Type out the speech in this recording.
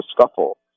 scuffle